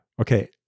okay